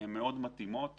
הן מתאימות מאוד.